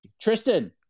Tristan